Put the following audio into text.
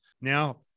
Now